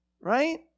right